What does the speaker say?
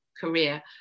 career